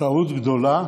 טעות גדולה